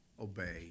obey